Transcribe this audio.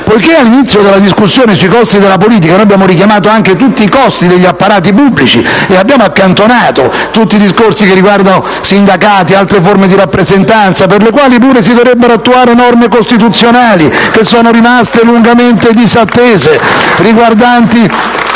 politica. All'inizio della discussione sui costi della politica, abbiamo richiamato tutti i costi degli apparati pubblici e accantonato tutti i discorsi che riguardano i sindacati e altre forme di rappresentanza, per i quali pure dovrebbero attuarsi norme costituzionali che sono rimaste lungamente disattese, riguardanti